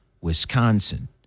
Wisconsin